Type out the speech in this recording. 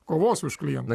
kovosiu už klientą